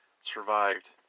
survived